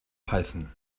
python